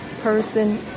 person